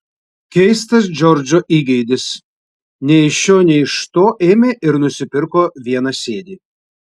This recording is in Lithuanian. keistas džordžo įgeidis nei iš šio nei iš to ėmė ir nusipirko vienasėdį